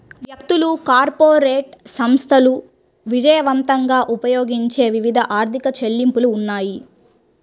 వ్యక్తులు, కార్పొరేట్ సంస్థలు విజయవంతంగా ఉపయోగించే వివిధ ఆర్థిక చెల్లింపులు ఉన్నాయి